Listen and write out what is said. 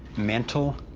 mental,